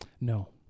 No